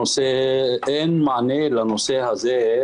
אין מענה לנושא הזה,